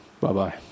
Bye-bye